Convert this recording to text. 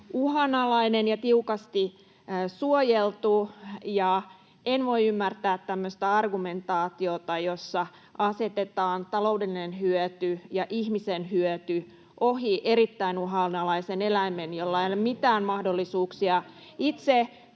uhanalainen ja tiukasti suojeltu, ja en voi ymmärtää tämmöistä argumentaatiota, jossa asetetaan taloudellinen hyöty ja ihmisen hyöty ohi erittäin uhanalaisen eläimen, [Petri Huru: Entä turvallisuus?]